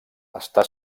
està